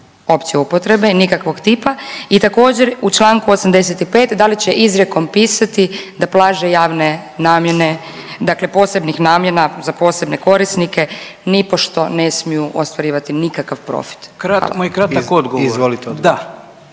opće upotrebe, nikakvog tipa. I također u Članku 85. da li će izrijekom pisati da plaže javne namjene, dakle posebnih namjena za posebne korisnike nipošto ne smiju ostvarivati nikakav profit. **Jandroković, Gordan (HDZ)** Izvolite odgovor.